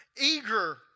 eager